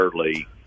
early